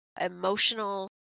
emotional